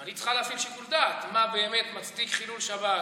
אבל היא צריכה להפעיל שיקול דעת מה באמת מצדיק חילול שבת,